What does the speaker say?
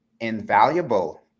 invaluable